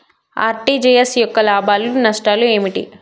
RTGS యొక్క లాభాలు నష్టాలు ఏమిటి?